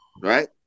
right